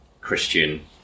christian